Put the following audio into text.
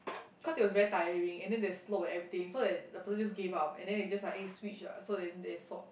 cause it was very tiring and then there's slope and everything so that the person just give up and then they just like eh switch ah then they swop